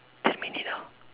ten minute ah